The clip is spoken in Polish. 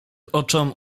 oczom